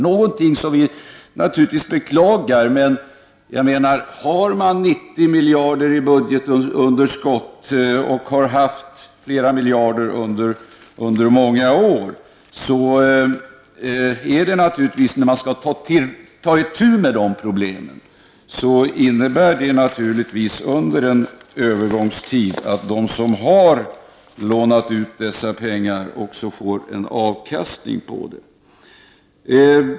Det är något som vi socialdemokrater naturligtvis beklagar. Har man 90 miljarder kronor i budgetunderskott, och det har varit ännu flera miljarder under många år, innebär det när man skall ta itu med problemen naturligtvis, att under en övergångsperiod får de som har lånat ut dessa pengar också en avkastning på dem.